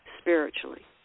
spiritually